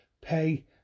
pay